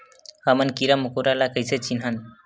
हमन कीरा मकोरा ला कइसे चिन्हन?